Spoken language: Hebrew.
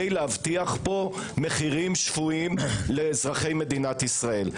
להבטיח פה מחירים שפויים לאזרחי מדינת ישראל.